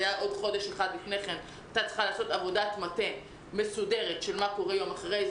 חודש לפני כן הייתה צריכה להיעשות עבודת מטה מסודרת של מה קורה אחרי זה.